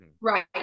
Right